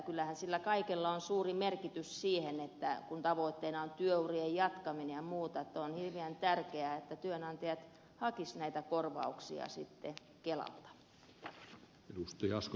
kyllähän sillä kaikella on suuri merkitys sille että kun tavoitteena on työurien jatkaminen ja muuta niin on hirveän tärkeää että työnantajat hakisivat näitä korvauksia kelalta